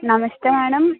నమస్తే మ్యాడం